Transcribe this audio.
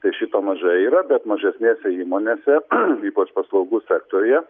tai šito maža yra bet mažesnėse įmonėse ypač paslaugų sektoriuje